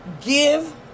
give